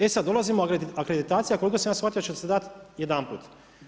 E sad, dolazimo, akreditacija koliko sam ja shvatio će se dat jedanput.